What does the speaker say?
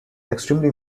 extremely